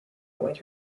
await